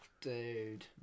dude